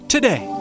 Today